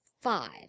five